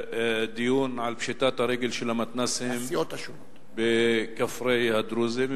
דיון על פשיטת הרגל של המתנ"סים בכפרי הדרוזים,